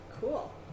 Cool